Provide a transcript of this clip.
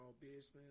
business